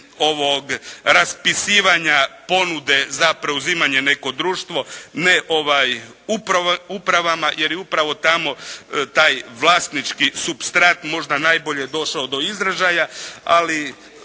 ovog raspisivanja ponude za preuzimanje neko društvo. Ne upravama jer je upravo tamo taj vlasnički supstrat možda najbolje došao do izražaja, ali